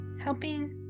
helping